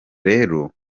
rero